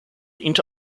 into